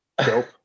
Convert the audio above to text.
Nope